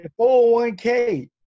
401k